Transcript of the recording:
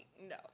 no